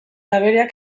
abereak